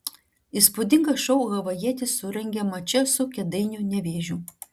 įspūdingą šou havajietis surengė mače su kėdainių nevėžiu